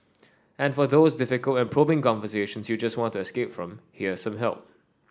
and for those difficult and probing conversations you just want to escape from here some help